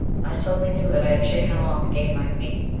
i suddenly knew that i had shaken him off and gained my feet.